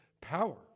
power